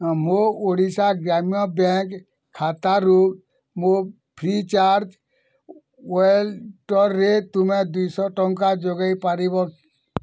ମୋ ଓଡ଼ିଶା ଗ୍ରାମ୍ୟ ବ୍ୟାଙ୍କ୍ ଖାତାରୁ ମୋ ଫ୍ରିଚାର୍ଜ୍ ୱେଲଟର୍ରେ ତୁମେ ଦୁଇଶହ ଟଙ୍କା ଯୋଗାଇ ପାରିବ